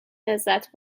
لذت